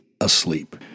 asleep